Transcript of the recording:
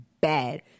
bad